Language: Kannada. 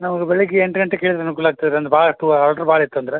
ನಾವು ಬೆಳಿಗ್ಗೆ ಎಂಟು ಗಂಟೆಗೆ ಕೇಳಿದ್ರೆ ಅನುಕೂಲ ಆಗ್ತದೆ ಅಂದ್ರೆ ಭಾಳಷ್ಟು ಆರ್ಡ್ರು ಭಾಳ ಇತ್ತು ಅಂದ್ರೆ